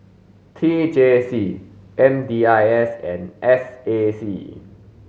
T J C M D I S and S A C